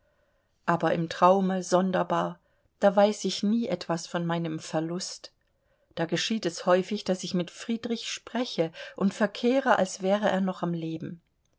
aber im traume sonderbar da weiß ich nie etwas von meinem verlust da geschieht es häufig daß ich mit friedrich spreche und verkehre als wäre er noch am leben